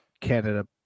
Canada